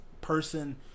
person